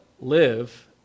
live